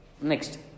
Next